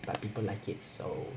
but people like it so